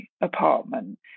apartment